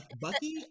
Bucky